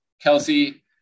Kelsey